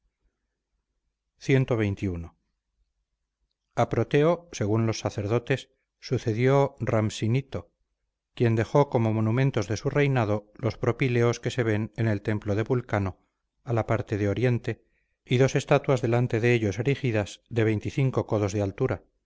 cxxi a protéo según los sacerdotes sucedió rampsinito quien dejó como monumentos de su reinado los propileos que se ven en el templo de vulcano a la parte de poniente y dos estatuas delante de ellos erigidas de veinticinco codos de altura